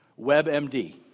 WebMD